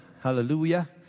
Hallelujah